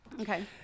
Okay